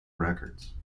records